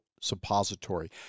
suppository